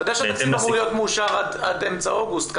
שהתקציב אמור להיות מאושר עד אמצע אוגוסט,